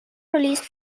released